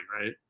right